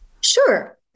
Sure